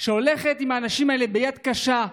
הולכת עם האנשים האלה ביד קשה,